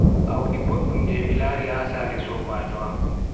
audi boddum je mi lari, ha sare sobaajo am.